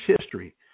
history